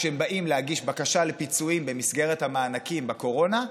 כשהם באים להגיש בקשה לפיצויים במסגרת המענקים בקורונה,